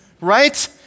right